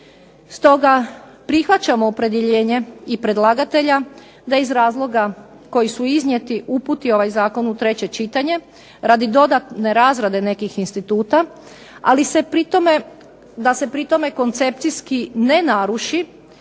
Stoga prihvaćam opredjeljenje i predlagatelja, da iz razloga koji su iznijeti uputi ovaj zakon u treće čitanje radi dodatne razrade nekih instituta, da se pri tome koncepcijski ne naruši